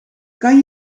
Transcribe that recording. kan